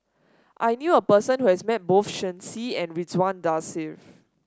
I knew a person who has met both Shen Xi and Ridzwan Dzafir